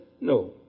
No